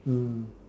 mm